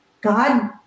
God